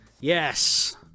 yes